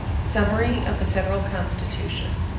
summary of the federal constitution